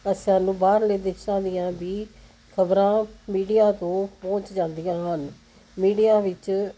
ਅਸਾਂ ਨੂੰ ਬਾਹਰਲੇ ਦੇਸ਼ਾਂ ਦੀਆਂ ਵੀ ਖ਼ਬਰਾਂ ਮੀਡੀਆ ਤੋਂ ਪਹੁੰਚ ਜਾਂਦੀਆਂ ਹਨ ਮੀਡੀਆ ਵਿੱਚ